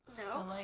No